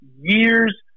years